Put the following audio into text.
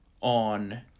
on